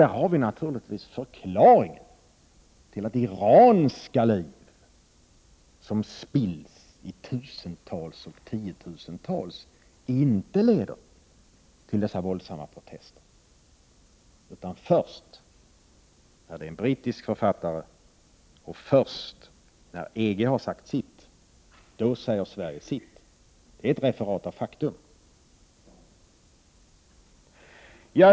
Där har vi naturligtvis förklaringen till att iranska liv som spills i tusental och tiotusental inte leder till dessa våldsamma protester — utan först när det är en brittisk författare det gäller och först när EG har sagt sitt, då säger Sverige sitt. Det är ett referat av faktum.